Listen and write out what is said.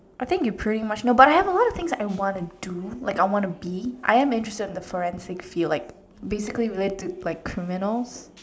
I think you pretty much know but I have a lot of things I wanna do like I wanna be I am interested in the forensics field like basically related to like criminals